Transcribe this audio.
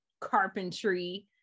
carpentry